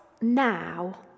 now